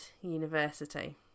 university